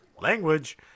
Language